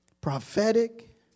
prophetic